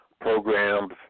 programs